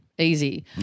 Easy